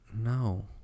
No